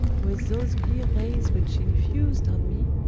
with those cleare rayes, which shee infus'd on me,